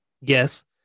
yes